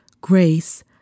grace